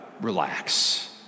relax